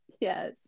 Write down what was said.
yes